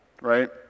right